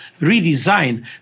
redesign